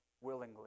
willingly